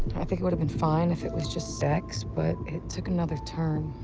i think it would've been fine if it was just sex, but it took another turn.